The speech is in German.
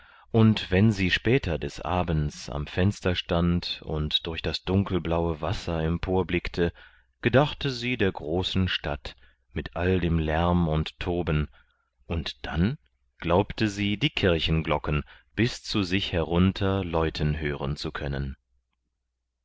und wenn sie später des abends am fenster stand und durch das dunkelblaue wasser emporblickte gedachte sie der großen stadt mit all dem lärm und toben und dann glaubte sie die kirchenglocken bis zu sich herunter läuten hören zu können